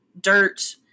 dirt